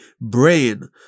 brain